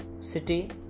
city